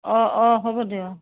অঁ অঁ হ'ব দিয়ক